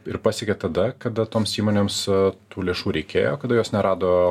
ir pasiekė tada kada toms įmonėms tų lėšų reikėjo kada jos nerado